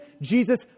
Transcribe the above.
Jesus